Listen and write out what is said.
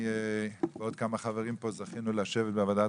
אני ועוד כמה חברים פה זכינו לשבת בוועדת